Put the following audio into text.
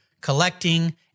collecting